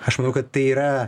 aš manau kad tai yra